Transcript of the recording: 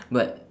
but